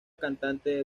cantante